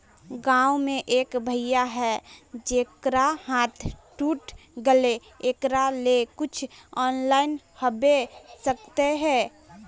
गाँव में एक भैया है जेकरा हाथ टूट गले एकरा ले कुछ ऑनलाइन होबे सकते है?